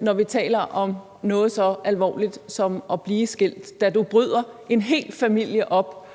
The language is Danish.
når vi taler om noget så alvorligt som at blive skilt, da du bryder en hel familie op,